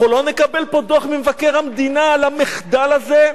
אנחנו לא נקבל פה דוח ממבקר המדינה על המחדל הזה?